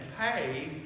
pay